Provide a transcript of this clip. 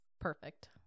perfect